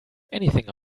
anything